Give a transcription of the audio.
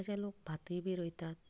तशें लोक भातय बी रोयतात